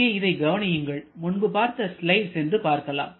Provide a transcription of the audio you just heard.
இங்கே இதை கவனியுங்கள் முன்பு பார்த்த ஸ்லைட் சென்று பார்க்கலாம்